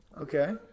Okay